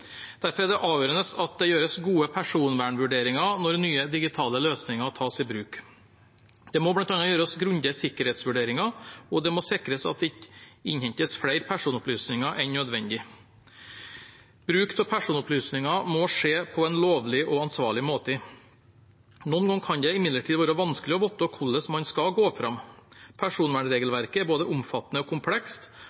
Derfor er det avgjørende at det gjøres gode personvernvurderinger når nye digitale løsninger tas i bruk. Det må bl.a. gjøres grundige sikkerhetsvurderinger, og det må sikres at det ikke innhentes flere personopplysninger enn nødvendig. Bruk av personopplysninger må skje på en lovlig og ansvarlig måte. Noen ganger kan det imidlertid være vanskelig å vite hvordan man skal gå fram.